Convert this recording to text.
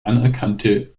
anerkannte